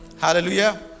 Hallelujah